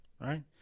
right